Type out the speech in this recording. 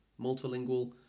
multilingual